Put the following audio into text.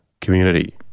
community